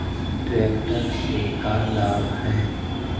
Tractor से का लाभ है?